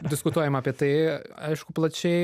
diskutuojama apie tai aišku plačiai